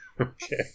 Okay